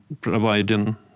providing